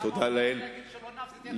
תודה לאל,